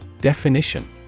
Definition